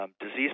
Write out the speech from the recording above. disease